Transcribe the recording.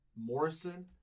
Morrison